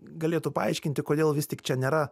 galėtų paaiškinti kodėl vis tik čia nėra